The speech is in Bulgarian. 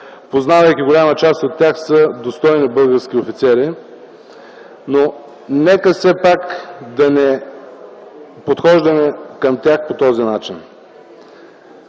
Познавайки голяма част от тях, те са достойни български офицери. Нека все пак да не подхождаме към тях по този начин.